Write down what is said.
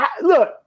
Look